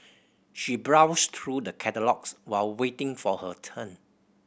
she browsed through the catalogues while waiting for her turn